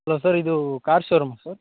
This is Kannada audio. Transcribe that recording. ಹಲೋ ಸರ್ ಇದು ಕಾರ್ ಶೋರೂಮಾ ಸರ್